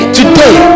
today